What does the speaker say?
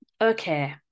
Okay